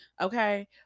okay